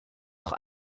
auch